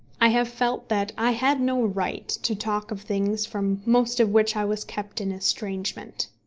i have felt that i had no right to talk of things from most of which i was kept in estrangement.